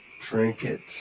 trinkets